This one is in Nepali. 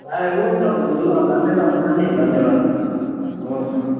ए हुन्छ हुन्छ ल धन्यवाद नानी धन्यवाद हुन्छ